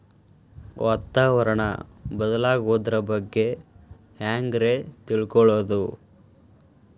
ವಾತಾವರಣ ಬದಲಾಗೊದ್ರ ಬಗ್ಗೆ ಹ್ಯಾಂಗ್ ರೇ ತಿಳ್ಕೊಳೋದು?